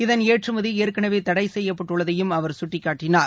இதன் ஏற்றுமதி ஏற்கனவே தடை செய்யப்பட்டுள்ளதையும் அவர் சுட்டிக்காட்டினார்